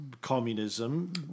communism